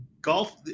Golf